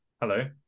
Hello